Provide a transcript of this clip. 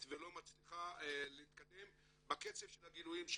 ולא מצליחה להתקדם בקצב של הגילויים שישנם.